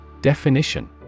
Definition